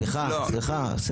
סליחה, סליחה.